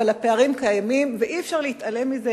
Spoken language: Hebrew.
אבל הפערים קיימים ואי-אפשר להתעלם מזה,